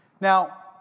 Now